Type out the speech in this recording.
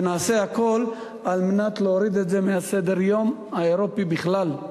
ונעשה הכול כדי להוריד את זה מסדר-היום האירופי בכלל,